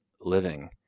living